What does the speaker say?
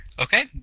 Okay